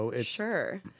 Sure